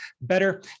better